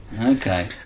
okay